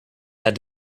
had